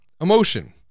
emotion